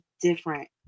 different